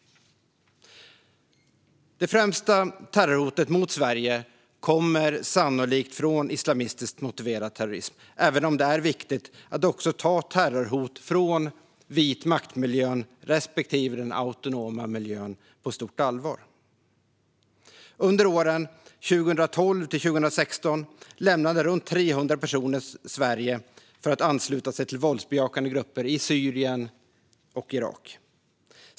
Det främsta terrorhotet mot Sverige kommer sannolikt från islamistiskt motiverad terrorism, även om det är viktigt att också ta terrorhot från vitmaktmiljön respektive den autonoma miljön på stort allvar. Under åren 2012-2016 lämnade runt 300 personer Sverige för att ansluta sig till våldsbejakande grupper i Syrien och Irak.